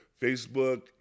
Facebook